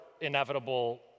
inevitable